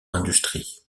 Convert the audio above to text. industrie